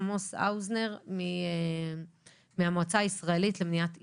עמוס האוזנר מהמועצה הישראלית למניעת עישון.